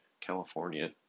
california